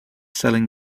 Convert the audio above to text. selling